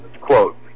Quote